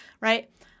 right